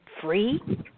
free